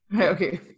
okay